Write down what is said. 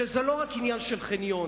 שזה לא רק עניין של חניון,